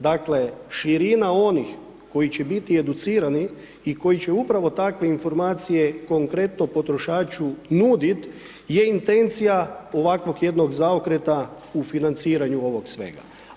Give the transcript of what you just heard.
Dakle, širina onih koji će biti educirani i koji će upravo takve informacije konkretno potrošaču nuditi je intencija ovakvog jednog zaokreta u financiranju ovog svega.